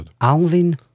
Alvin